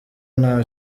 nta